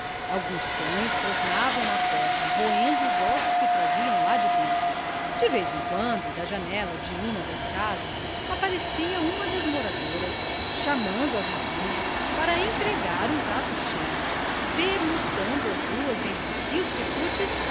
alguns cães rosnavam à porta roendo os ossos que traziam lá de dentro de vez em quando da janela de uma das casas aparecia uma das moradoras chamando a vizinha para entregar um prato cheio permutando as duas entre si os quitutes